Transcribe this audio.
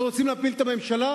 אתם רוצים להפיל את הממשלה?